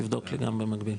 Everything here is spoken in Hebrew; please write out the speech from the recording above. תבדוק לי גם במקביל,